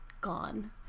gone